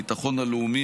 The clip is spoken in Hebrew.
המשרד לביטחון לאומי,